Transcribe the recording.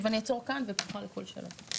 ואני אעצור כאן ופתוחה לכל שאלה.